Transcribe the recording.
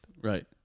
Right